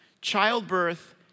Childbirth